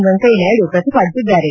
ವೆಂಕಯ್ಯನಾಯ್ದ ಪ್ರತಿಪಾದಿಸಿದ್ದಾರೆ